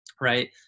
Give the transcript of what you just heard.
right